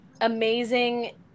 amazing